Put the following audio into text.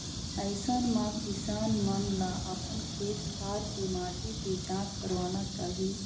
अइसन म किसान मन ल अपन खेत खार के माटी के जांच करवाना चाही